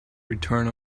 return